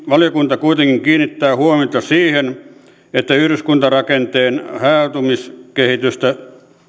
valiokunta kuitenkin kiinnittää huomiota siihen että yhdyskuntarakenteen hajautumiskehitystä